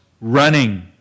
running